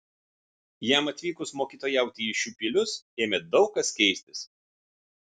jam atvykus mokytojauti į šiupylius ėmė daug kas keistis